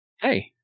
Hey